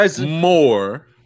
more